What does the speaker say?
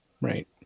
Right